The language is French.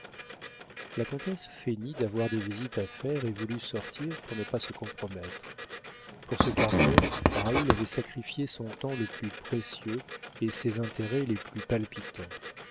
la comtesse feignit d'avoir des visites à faire et voulut sortir pour ne pas se compromettre pour ce quart d'heure raoul avait sacrifié son temps le plus précieux et ses intérêts les plus palpitants